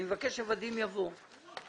אני מבקש ש-ודים יבוא לכאן.